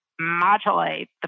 modulate